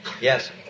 Yes